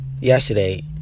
yesterday